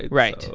right? so